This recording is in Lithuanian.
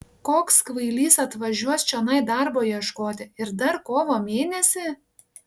koks kvailys atvažiuos čionai darbo ieškoti ir dar kovo mėnesį